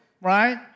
right